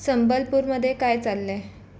संबलपूरमध्ये काय चाललं आहे